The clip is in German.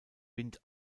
wind